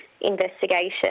investigation